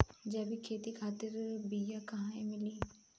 जैविक खेती खातिर बीया कहाँसे मिली?